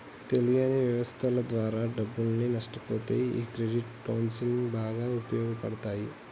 తెలియని వ్యవస్థల ద్వారా డబ్బుల్ని నష్టపొతే ఈ క్రెడిట్ కౌన్సిలింగ్ బాగా ఉపయోగపడతాయి